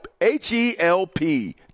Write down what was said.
H-E-L-P